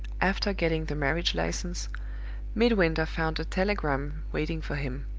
after getting the marriage-license, midwinter found a telegram waiting for him.